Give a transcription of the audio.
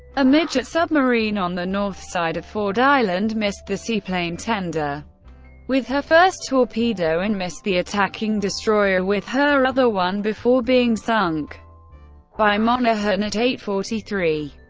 a midget submarine on the north side of ford island missed the seaplane tender with her first torpedo and missed the attacking destroyer with her other one before being sunk by monaghan at eight forty three.